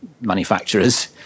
manufacturers